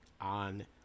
On